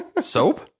Soap